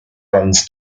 runs